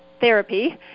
therapy